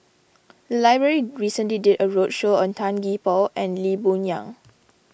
the library recently did a roadshow on Tan Gee Paw and Lee Boon Yang